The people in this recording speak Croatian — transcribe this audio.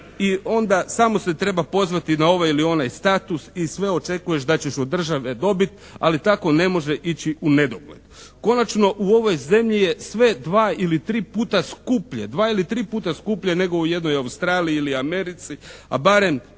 i onda samo se treba pozvati na ovaj ili onaj status i sve očekuješ da ćeš od države dobit ali tako ne može ići u nedogled. Konačno u ovoj zemlji je sve dva ili tri puta skuplje nego u jednoj Australiji ili Americi, a barem